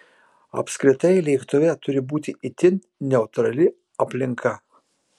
apskritai lėktuve turi būti itin neutrali aplinka